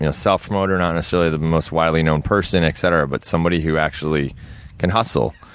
you know self-promoter, not necessarily the most widely known person, etc. but, somebody who actually can hustle,